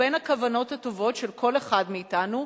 בין הכוונות הטובות של כל אחד מאתנו,